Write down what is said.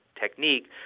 technique